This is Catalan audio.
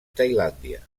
tailàndia